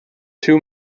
two